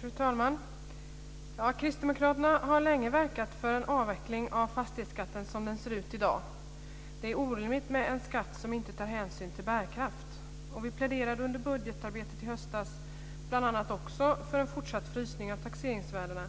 Fru talman! Kristdemokraterna har länge verkat för en avveckling av fastighetsskatten som den ser ut i dag. Det är orimligt med en skatt som inte tar hänsyn till bärkraft. Vi pläderade under budgetarbetet i höstas bl.a. för en fortsatt frysning av taxeringsvärdena,